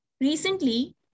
Recently